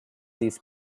these